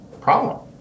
problem